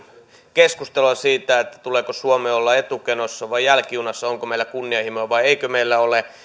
keskustelua siitä tuleeko suomen olla etukenossa vai jälkijunassa onko meillä kunnianhimoa vai eikö meillä ole